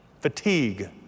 fatigue